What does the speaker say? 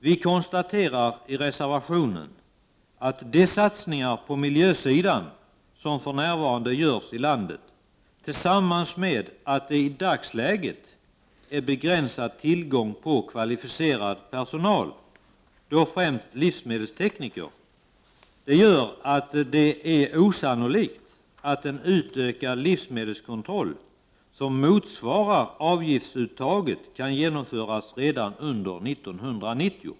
Vi konstaterar i reservationen att de satsningar på miljösidan som för närvarande görs i landet och det faktum att det i dagsläget är begränsad tillgång till kvalificerad personal, främst livsmedelstekniker, gör att det är osannolikt att en utökad livsmedelskontroll som motsvarar avgiftsuttaget kan genomföras redan under 1990.